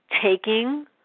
taking